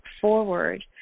forward